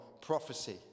prophecy